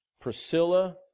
Priscilla